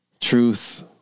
Truth